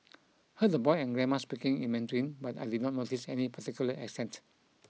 heard the boy and grandma speaking in Mandarin but I did not notice any particular accent